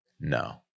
No